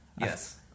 Yes